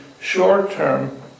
short-term